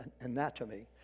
anatomy